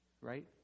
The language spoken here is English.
right